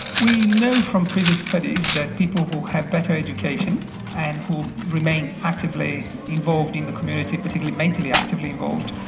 we know from previous studies that people who have better education and who remain actively involved in the community, particularly mentally actively involved,